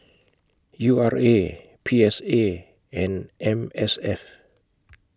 U R A P S A and M S F